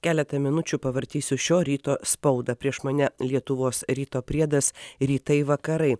keletą minučių pavartysiu šio ryto spaudą prieš mane lietuvos ryto priedas rytai vakarai